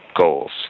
goals